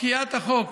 פקיעת החוק,